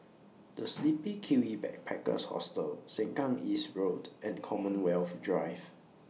The Sleepy Kiwi Backpackers Hostel Sengkang East Road and Commonwealth Drive